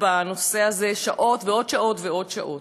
בנושא הזה שעות ועוד שעות ועוד שעות?